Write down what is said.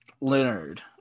Leonard